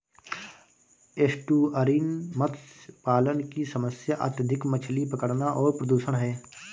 estuarine मत्स्य पालन की समस्या अत्यधिक मछली पकड़ना और प्रदूषण है